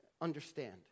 understand